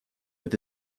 with